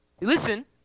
Listen